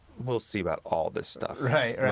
we'll see about all this stuff. right.